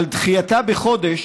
על דחייתה בחודש